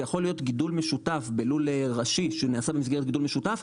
זה יכול להיות גידול משותף בלול ראשי שנעשה במסגרת גידול משותף.